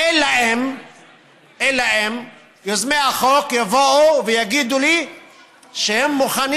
אלא אם כן יוזמי החוק יבואו ויגידו לי שהם מוכנים